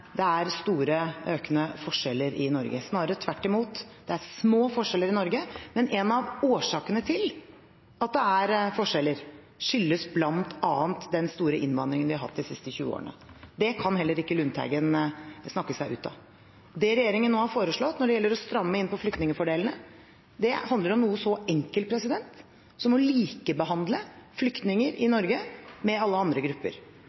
er store, økende forskjeller i Norge, snarere tvert imot. Det er små forskjeller i Norge. Men en av årsakene til at det er forskjeller, er bl.a. den store innvandringen vi har hatt de siste tjue årene. Det kan heller ikke Lundteigen snakke seg ut av. Det regjeringen nå har foreslått når det gjelder å stramme inn på flyktningfordelene, handler om noe så enkelt som å likebehandle flyktninger i Norge med alle andre grupper.